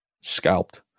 Scalped